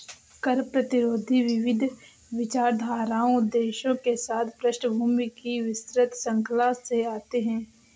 कर प्रतिरोधी विविध विचारधाराओं उद्देश्यों के साथ पृष्ठभूमि की विस्तृत श्रृंखला से आते है